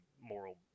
moral